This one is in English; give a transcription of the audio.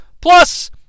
plus